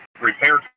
Repair